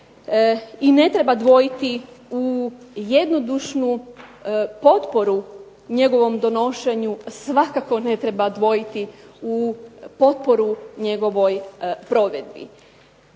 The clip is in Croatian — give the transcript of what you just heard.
i ne treba dvojiti u jednodušnu potporu njegovom donošenju, svakako ne treba dvojiti u potporu njegovoj provedbi.